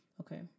Okay